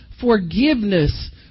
forgiveness